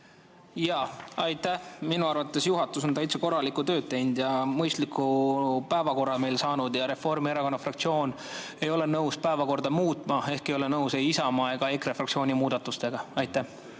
Jaa, aitäh! Minu arvates on juhatus täitsa korralikku tööd teinud ja mõistliku päevakorra meile saanud. Reformierakonna fraktsioon ei ole nõus päevakorda muutma ehk ei ole nõus ei Isamaa ega EKRE fraktsiooni muudatustega. Jaa,